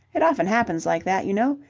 it often happens like that, you know.